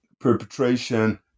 perpetration